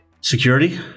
Security